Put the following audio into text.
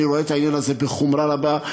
אני רואה את העניין הזה בחומרה רבה,